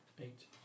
Eight